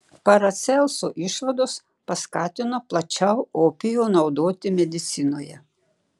paracelso išvados paskatino plačiau opijų naudoti medicinoje